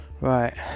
Right